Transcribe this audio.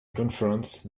conference